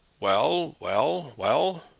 well well well?